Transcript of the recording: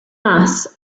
mass